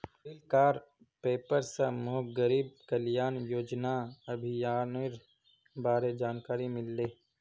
कइल कार पेपर स मोक गरीब कल्याण योजना अभियानेर बारे जानकारी मिलले